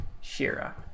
Shira